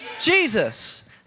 Jesus